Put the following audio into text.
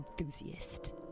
enthusiast